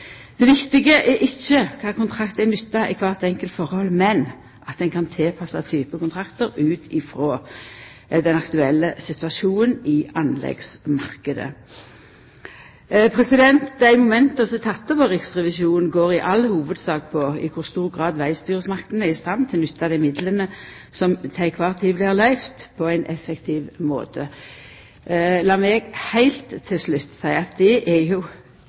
Det viktige er ikkje kva for kontrakt ein nyttar i kvart einskilde høve, men at ein kan tilpassa type kontraktar ut frå den aktuelle situasjonen i anleggsmarknaden. Dei momenta som er tekne opp av Riksrevisjonen, går i all hovudsak på i kor stor grad vegstyresmaktene er i stand til å nytta dei midlane som til kvar tid blir løyvde, på ein effektiv måte. Lat meg heilt til slutt seia at det jo er